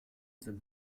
sind